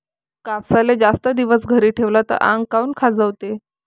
कापसाले जास्त दिवस घरी ठेवला त आंग काऊन खाजवते?